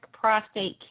prostate